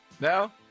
No